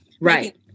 Right